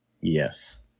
Yes